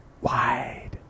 wide